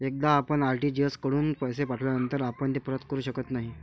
एकदा आपण आर.टी.जी.एस कडून पैसे पाठविल्यानंतर आपण ते परत करू शकत नाही